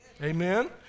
Amen